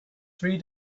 three